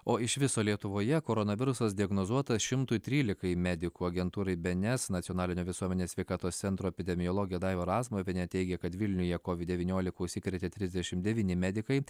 o iš viso lietuvoje koronavirusas diagnozuotas šimtui trylikai medikų agentūrai bns nacionalinio visuomenės sveikatos centro epidemiologė daiva razmuvienė teigė kad vilniuje covid devyniolika užsikrėtė trisdešimt devyni medikai